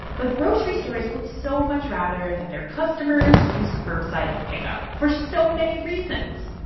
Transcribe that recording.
but grocery stores would so much rather that their customers use curbside pickup for so many reasons.